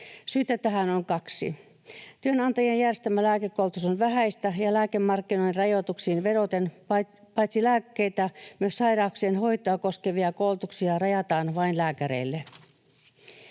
Syitä tähän on kaksi: työnantajien järjestämä lääkekoulutus on vähäistä, ja lääkemarkkinoiden rajoituksiin vedoten paitsi lääkkeitä myös sairauksien hoitoa koskevia koulutuksia rajataan vain lääkäreille.